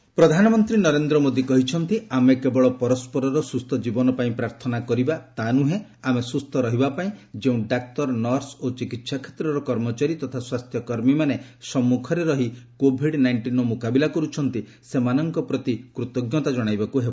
PM ଡକ୍ଲୁର୍ସ୍ ପ୍ରଧାନମନ୍ତ୍ରୀ ନରେନ୍ଦ୍ର ମୋଦୀ କହିଛନ୍ତି ଆମେ କେବଳ ପରସ୍କରର ସୁସ୍ଥ ଜୀବନ ପାଇଁ ପ୍ରାର୍ଥନା କରିବା ତା ନୁହେଁ ଆମେ ସୁସ୍ଥ ରହିବା ପାଇଁ ଯେଉଁ ଡାକ୍ତର ନର୍ସ ଓ ଚିକିିିିି କ୍ଷେତ୍ରର କର୍ମଚାରୀ ତଥା ସ୍ୱାସ୍ଥ୍ୟ କର୍ମୀମାନେ ସମ୍ମୁଖରେ ରହି କୋଭିଡ୍ ନାଇଷିନ୍ର ମୁକାବିଲା କରୁଛନ୍ତି ସେମାନଙ୍କ ପ୍ରତି କୃତଜ୍ଞତା ଜଣାଇବାକୁ ହେବ